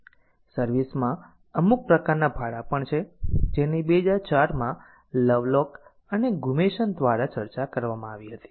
service માં અમુક પ્રકારના ભાડા પણ છે જેની 2004 માં લવલોક અને ગુમેસન દ્વારા ચર્ચા કરવામાં આવી હતી